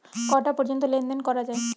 কটা পর্যন্ত লেন দেন করা য়ায়?